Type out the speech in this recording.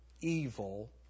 evil